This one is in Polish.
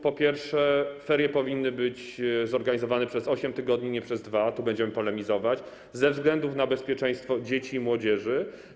Po pierwsze, ferie powinny być organizowane przez 8 tygodni, nie przez 2 - tu będziemy polemizować - ze względu na bezpieczeństwo dzieci i młodzieży.